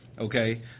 okay